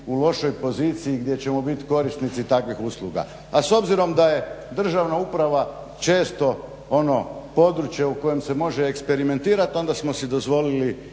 u lošoj poziciji gdje ćemo biti korisnici takvih usluga. A s obzirom da je državna uprava često ono područje u kojem se može eksperimentirat, onda smo si dozvoliti